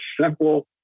simple